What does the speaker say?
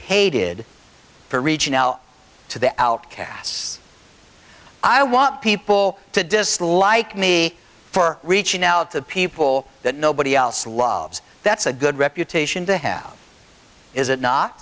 hated for reaching out to the outcasts i want people to dislike me for reaching out to people that nobody else loves that's a good reputation to have is it not